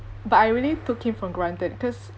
but I really took him for granted cause